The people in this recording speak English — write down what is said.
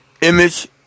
Image